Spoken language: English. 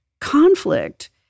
conflict